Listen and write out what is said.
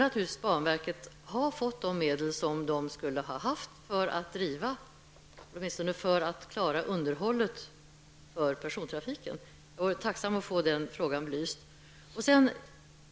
Alltså borde banverket ha fått de medel som verket skulle ha haft för att åtminstone klara underhållet av persontrafiken. Jag vore tacksam för att få denna fråga belyst.